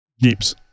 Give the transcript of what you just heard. Jeeps